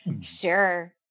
Sure